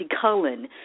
Cullen